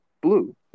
Blue